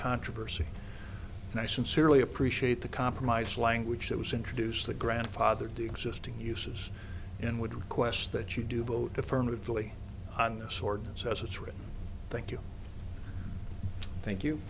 controversy and i sincerely appreciate the compromise language that was introduced the grandfather do exist uses and would request that you do vote affirmatively on this ordinance as it's written thank you thank you